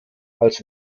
als